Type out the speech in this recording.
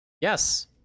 Yes